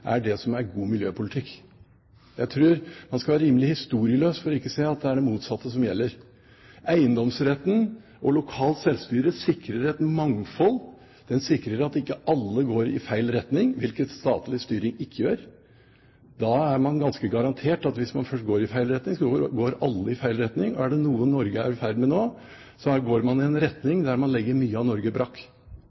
er det som er god miljøpolitikk. Jeg tror man skal være rimelig historieløs for ikke å se at det er det motsatte som gjelder. Eiendomsretten og lokalt selvstyre sikrer et mangfold, den sikrer at ikke alle går i feil retning – hvilket statlig styring ikke gjør. Man er ganske garantert at hvis man først går i feil retning, går alle i feil retning. Er det noe Norge er i ferd med nå, så er det å gå i en retning der man legger mye av Norge brakk,